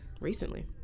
recently